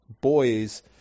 boys